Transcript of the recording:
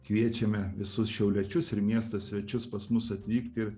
kviečiame visus šiauliečius ir miesto svečius pas mus atvykt ir